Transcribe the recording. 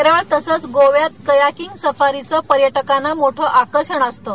केरळ तसंच गोव्यात कयाकिंग सफरींचं पर्यटकांना मोठं आकर्षण असतं